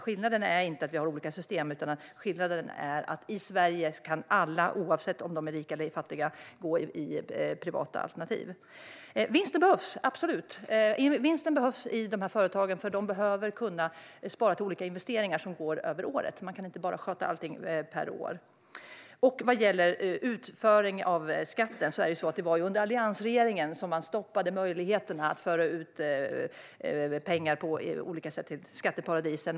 Skillnaden är inte att vi har olika system, utan skillnaden är att i Sverige kan alla - oavsett om de är rika eller fattiga - nyttja privata alternativ. Vinster behövs, absolut, i de här företagen. De måste kunna spara till olika investeringar över åren. Man kan inte sköta allting per år. Det var under alliansregeringen som man stoppade möjligheten att på olika sätt föra ut pengar till skatteparadis.